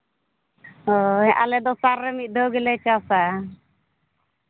ᱦᱳᱭ ᱟᱞᱮ ᱫᱚ ᱥᱟᱞᱨᱮ ᱢᱤᱫ ᱫᱷᱟᱣ ᱜᱮᱞᱮ ᱪᱟᱥᱼᱟ